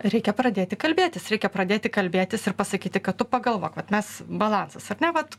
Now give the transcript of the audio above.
reikia pradėti kalbėtis reikia pradėti kalbėtis ir pasakyti kad tu pagalvok vat mes balansas ar ne vat